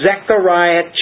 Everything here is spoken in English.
Zechariah